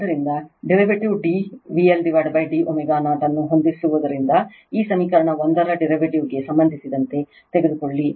ಆದ್ದರಿಂದ derivative d VL d ω0 ಅನ್ನು ಹೊಂದಿಸುವುದರಿಂದ ಈ ಸಮೀಕರಣದ 1 ರ derivative ಗೆ ಸಂಬಂಧಿಸಿದಂತೆ ತೆಗೆದುಕೊಳ್ಳಿ